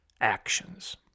actions